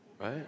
Right